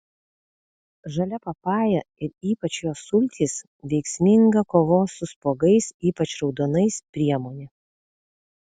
žalia papaja ir ypač jos sultys veiksminga kovos su spuogais ypač raudonais priemonė